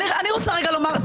אני רוצה רגע לומר,